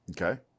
Okay